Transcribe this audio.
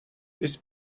this